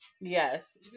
Yes